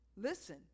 Listen